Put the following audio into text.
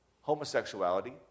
homosexuality